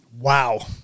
wow